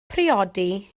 priodi